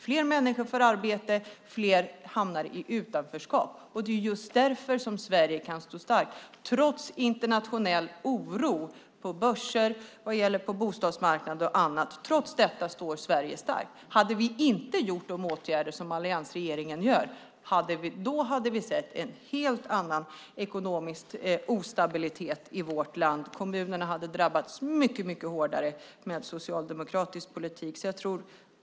Fler människor får arbete, och fler hamnar i utanförskap. Det är just därför Sverige kan stå starkt trots internationell oro till exempel på börser och på bostadsmarknader. Trots detta står alltså Sverige starkt. Utan de åtgärder som alliansregeringen vidtar skulle vi se en helt annan ekonomisk instabilitet i vårt land. Kommunerna hade drabbats mycket hårdare med en socialdemokratisk politik.